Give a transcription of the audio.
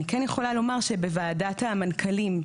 אני כן יכולה לומר שבוועדת המנכ"לים,